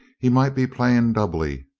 he might be playing doubly,